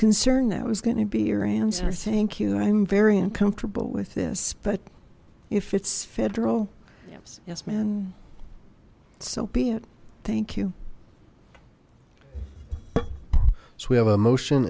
concerned that was going to be your answer thank you i'm very uncomfortable with this but if it's federal yes man so be it thank you so we have a motion